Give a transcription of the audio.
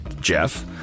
Jeff